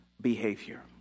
behavior